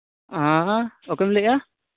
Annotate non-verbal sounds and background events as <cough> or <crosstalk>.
<unintelligible> ᱚᱠᱚᱭᱮᱢ ᱞᱟᱹᱭᱮᱜᱼᱟ